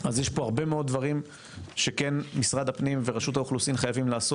אז יש פה הרבה מאוד דברים שכן משרד הפנים ורשות האוכלוסין חייבות לעשות.